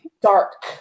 dark